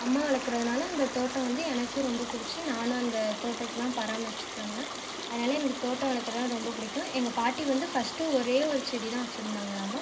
அம்மா வளர்க்குறதுனால இந்த தோட்டம் வந்து எனக்கும் ரொம்ப பிடிச்சு நானும் அந்த தோட்டத்தைலாம் பராமரிச்சுட்டிருந்தேன் அதனால் எனக்கு தோட்டம் வளர்க்கறதுனா ரொம்ப பிடிக்கும் எங்கள் பாட்டி வந்து ஃபர்ஸ்ட்டு ஒரே ஒரு செடி தான் வச்சுருந்தாங்களாமா